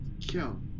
kill